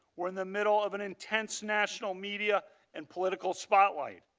were the middle of an intense national media and political spotlight.